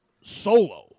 solo